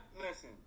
listen